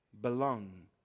belong